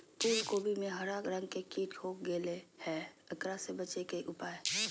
फूल कोबी में हरा रंग के कीट हो गेलै हैं, एकरा से बचे के उपाय?